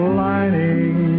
lining